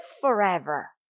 forever